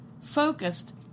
focused